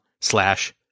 slash